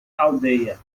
aldeia